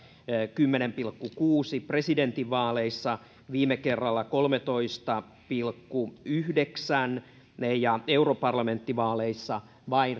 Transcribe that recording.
kymmenen pilkku kuusi presidentinvaaleissa viime kerralla kolmetoista pilkku yhdeksän ja europarlamenttivaaleissa vain